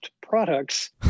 products